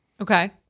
Okay